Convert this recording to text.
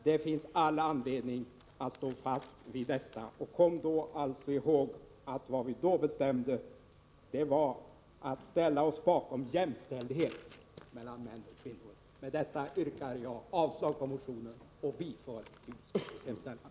Det finns all anledning att stå fast vid detta. Kom ihåg att vad vi då bestämde var att ställa oss bakom jämställdhet mellan män och kvinnor. Med det anförda yrkar jag avslag på motionen och bifall till utskottets hemställan.